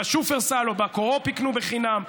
בשופרסל או בקו-אופ יקנו חינם,